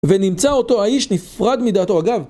ונמצא אותו האיש נפרד מדעתו, אגב